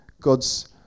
God's